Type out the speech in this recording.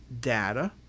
data